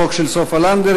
חוק של סופה לנדבר,